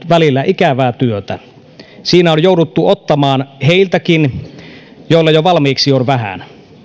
välillä ikävää työtä siinä on jouduttu ottamaan heiltäkin joilla jo valmiiksi on vähän